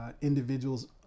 Individuals